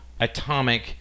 atomic